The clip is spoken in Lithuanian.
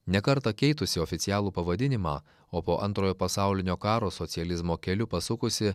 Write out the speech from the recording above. ne kartą keitusi oficialų pavadinimą o po antrojo pasaulinio karo socializmo keliu pasukusi